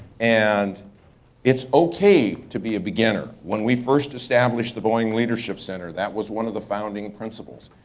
and it's okay to be a beginner. when we first established the boeing leadership center, that was one of the founding principles,